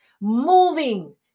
moving